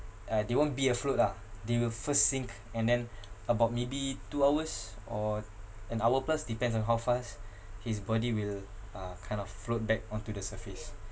uh they won't be afloat ah they will first sink and then about maybe two hours or an hour plus depends on how fast his body will uh kind of float back onto the surface